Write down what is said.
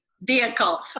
Vehicle